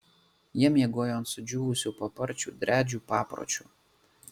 jie miegojo ant sudžiūvusių paparčių driadžių papročiu